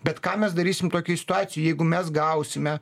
bet ką mes darysim tokioj situacijoj jeigu mes gausime